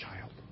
child